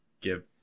give